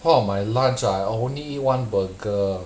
well my lunch ah I only eat one burger